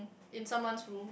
in someones room